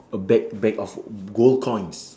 a bag bag of gold coins